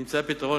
נמצא פתרון.